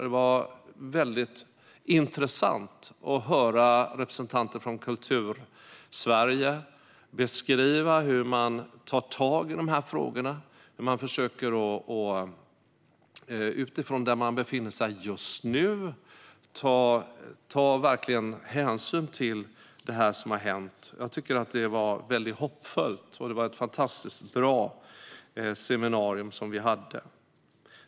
Det var väldigt intressant att höra representanter för Kultursverige beskriva hur man tar tag i dessa frågor och hur man utifrån där man befinner sig just nu försöker ta hänsyn till det som har hänt. Jag tycker att det var väldigt hoppfullt. Det var ett fantastiskt bra seminarium som vi hade.